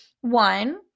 One